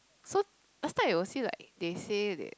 so last time they will see like they say they